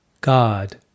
God